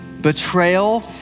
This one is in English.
Betrayal